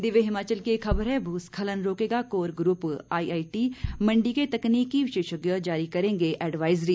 दिव्य हिमाचल की एक खबर है भू स्खलन रोकेगा कोर ग्रुप आईआईटी मंडी के तकनीकी विशेषज्ञ जारी करेंगे एडवायजरी